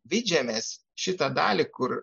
vidžemės šitą dalį kur